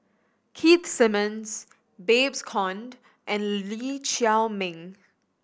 Keith Simmons Babes Conde and Lee Chiaw Meng